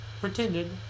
pretended